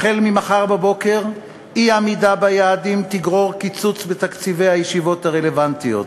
ממחר בבוקר אי-עמידה ביעדים תגרור קיצוץ בתקציבי הישיבות הרלוונטיות,